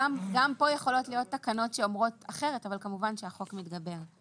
גם כאן יכולות להיות תקנות שאומרות אחרת אבל כמובן שהחוק מתגבר.